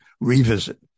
revisit